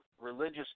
religious